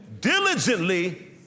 diligently